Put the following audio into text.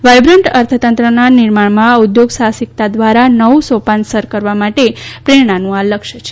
vibrant અર્થતંત્રના નિર્માણમાં ઉધ્યોગ સાહસિકતા દ્વારા નવું સોપાન સર કર્ એ માટે પ્રેરણાનું લક્ષ્ય છે